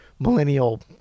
Millennial